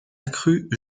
accrue